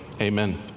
amen